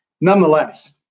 nonetheless